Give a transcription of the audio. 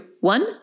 one